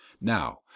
now